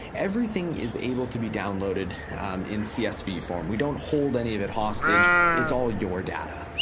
everything is able to be downloaded in csv form. we don't hold any of it hostage, it's all your data.